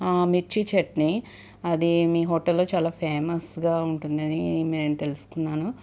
మిర్చీ చట్నీ అది మీ హోటల్లో చాలా ఫేమస్గా ఉంటుందని నేను తెలుసుకున్నాను